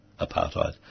apartheid